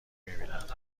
میبینند